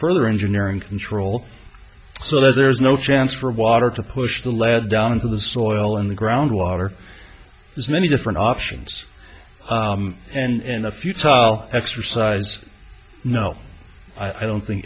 further engineering control so that there's no chance for water to push the lead down into the soil in the groundwater there's many different options and a few tile exercise no i don't think